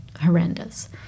horrendous